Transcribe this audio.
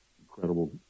incredible